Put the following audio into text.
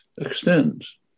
extends